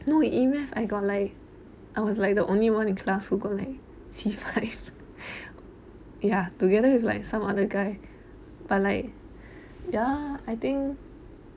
E math I got like I was like the only one in class who got like C five yah together with like some other guy but like yah I think